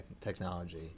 technology